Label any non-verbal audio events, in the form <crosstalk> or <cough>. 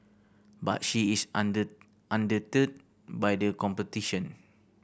but she is <unintelligible> undeterred by the competition